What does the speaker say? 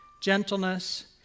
gentleness